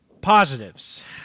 Positives